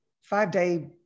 five-day